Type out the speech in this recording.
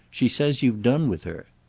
she says you've done with her.